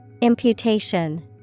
Imputation